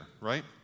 right